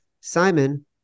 Simon